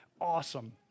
Awesome